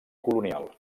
colonial